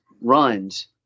runs